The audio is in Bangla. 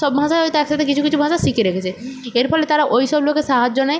সব ভাষা হয়তো এক সাথে কিছু কিছু ভাষা শিখে রেখেছে এর ফলে তারা ওই সব লোকের সাহায্য নেয়